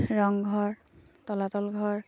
ৰংঘৰ তলাতল ঘৰ